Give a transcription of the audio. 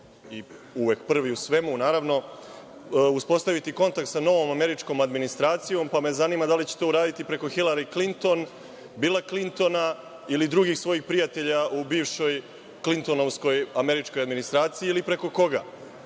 i uvek prvi u svemu, naravno, uspostaviti kontakt sa novom američkom administracijom, pa me zanima da li će to uraditi preko Hilari Klinton, Bila Klintona ili drugih svojih prijatelja u bivšoj klintonovskoj američkoj administraciji ili preko koga?